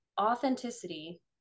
authenticity